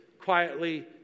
quietly